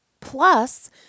Plus